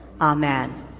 Amen